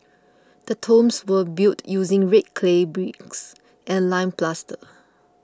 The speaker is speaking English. the tombs were built using red clay bricks and lime plaster